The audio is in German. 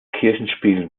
kirchspiel